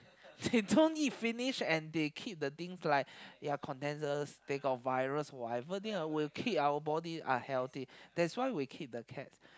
they don't eat finish and they keep the things like ya condenses they got virus whatever thing ah will keep our body unhealthy that's why we keep the cats